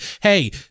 hey